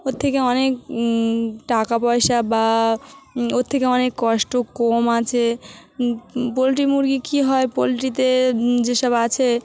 ওর থেকে অনেক টাকা পয়সা বা ওর থেকে অনেক কষ্ট কম আছে পোলট্রি মুরগি কী হয় পোলট্রিতে যেসব আছে